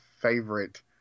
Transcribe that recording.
favorite